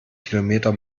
kilometer